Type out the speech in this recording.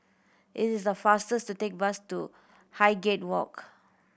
it is the faster to take bus to Highgate Walk